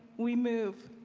we move.